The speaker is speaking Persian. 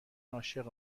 عاشق